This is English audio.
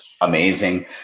amazing